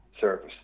service